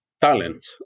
talent